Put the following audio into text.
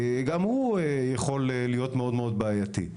גם הוא יכול להיות מאוד מאוד בעייתי.